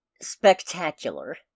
spectacular